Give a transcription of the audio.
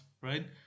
right